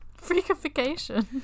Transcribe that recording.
Freakification